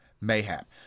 Mayhap